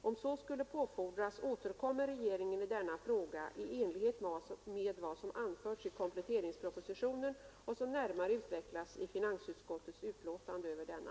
Om så skulle påfordras återkommer regeringen i denna fråga i enlighet med vad som anförts i kompletteringspropositionen och som närmare utvecklas i finansutskottets betänkande rörande denna.